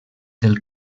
del